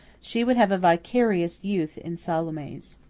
she would have a vicarious youth in salome's.